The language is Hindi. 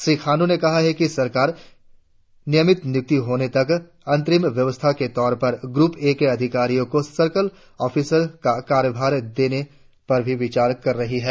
श्री खांडू ने कहा कि सरकार नियमित निय्क्तियां होने तक अंतरिम व्यवस्था के तौर पर ग्रप ए के अधिकारियों को सर्किल ऑफिसर का कार्यभार देने पर भी विचार कर रही है